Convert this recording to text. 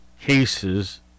cases